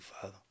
Father